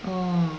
orh